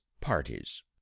parties